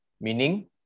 meaning